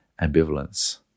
ambivalence